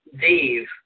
Dave